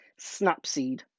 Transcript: Snapseed